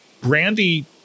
Brandy